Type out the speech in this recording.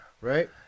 Right